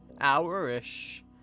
Hour-ish